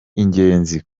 ingenzi